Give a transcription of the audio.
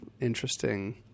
interesting